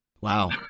wow